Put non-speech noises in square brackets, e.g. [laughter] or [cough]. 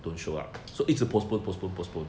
[noise]